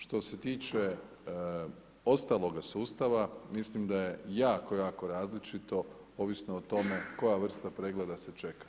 Što se tiče ostaloga sustava, mislim da je jako jako različito ovisno o tome, koja vrsta pregleda se čeka.